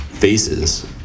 faces